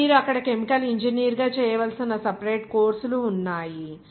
మరియు మీరు అక్కడ కెమికల్ ఇంజనీరింగ్ గా చేయవలసిన సెపరేట్ కోర్సులు ఉన్నాయి